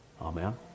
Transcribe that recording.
Amen